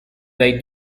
they